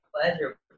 pleasure